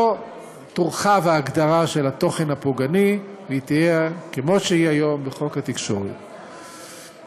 לא תורחב הגדרת התוכן הפוגעני והיא תהיה כמות שהיא בחוק התקשורת היום.